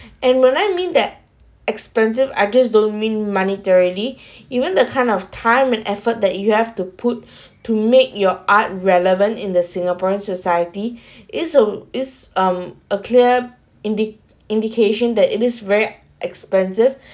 and when I mean that expensive I just don't mean monetarily even the kind of time and effort that you have to put to make your art relevant in the singaporean society is a is um a clear indi~ indication that it is very expensive